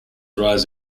rise